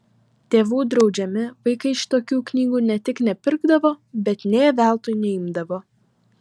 tėvų draudžiami vaikai šitokių knygų ne tik nepirkdavo bet nė veltui neimdavo